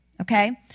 okay